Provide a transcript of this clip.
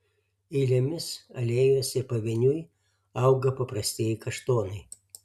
eilėmis alėjose ir pavieniui auga paprastieji kaštonai